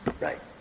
Right